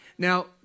Now